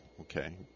okay